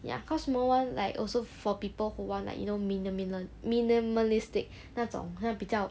ya cause small one like also for people who want like you know mini~ minimalistic 那种好像比较